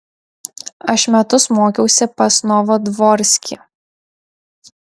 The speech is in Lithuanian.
aš metus mokiausi pas novodvorskį